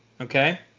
okay